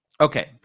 okay